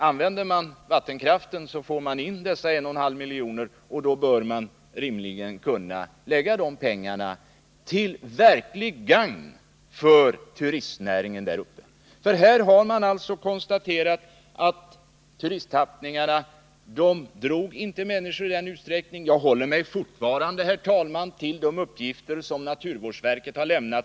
Använder man vattenkraften får man in dessa 1,5 milj.kr., och då bör man rimligen kunna lägga de pengarna så att de blir till verkligt gagn för turistnäringen. Man har alltså konstaterat att turisttappningarna inte dragit människor i den utsträckning som man hade trott. Jag håller mig fortfarande till de uppgifter som naturvårdsverket har lämnat.